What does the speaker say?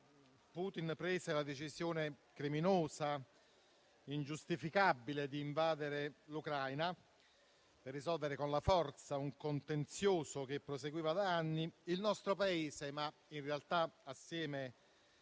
fa, prese la decisione criminosa e ingiustificabile di invadere l'Ucraina per risolvere con la forza un contenzioso che proseguiva da anni, il nostro Paese, in realtà assieme